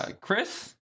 Chris